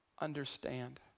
Understand